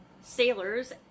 sailors